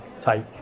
take